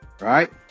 right